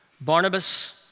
Barnabas